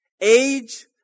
age